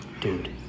Dude